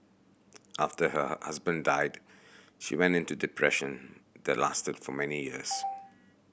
after her husband died she went into the depression the lasted for many years